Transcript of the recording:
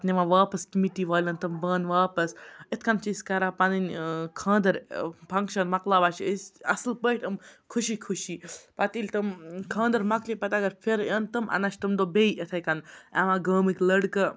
پَتہٕ نِوان واپَس کمیٹی والٮ۪ن تٕم بانہٕ واپَس اِتھ کنۍ چھِ أسۍ کَران پَنٕنۍ خانٛدَر فَنٛگشَن مۄکلاوان چھِ أسۍ اَصٕل پٲٹھۍ یم خوشی خوشی پَتہٕ ییٚلہِ تِم خاندَر مَۄکلے پَتہٕ اگر پھِرِ اِن تِم اَنان چھِ تمہ دۄہ بیٚیہِ اِتھَے کَن یِوان گامٕکۍ لٔڑکہٕ